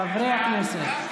חברי הכנסת.